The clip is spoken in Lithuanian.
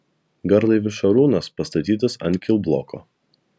garlaivis šarūnas pastatytas ant kilbloko